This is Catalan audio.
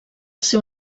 seu